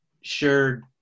sure